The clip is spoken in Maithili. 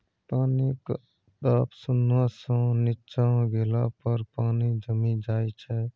पानिक ताप शुन्ना सँ नीच्चाँ गेला पर पानि जमि जाइ छै